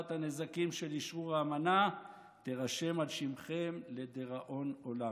חרפת הנזקים של אשרור האמנה תירשם על שמכם לדיראון עולם.